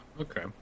okay